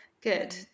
Good